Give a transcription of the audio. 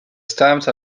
stamped